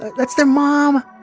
that's their mom